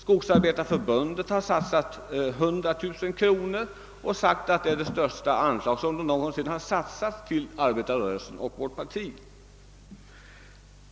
Skogsarbetareförbundet har satsat 100 000 kronor, vilket är det största anslag man någonsin beviljat till arbetarrörelsen och vårt parti.